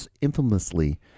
infamously